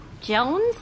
Jones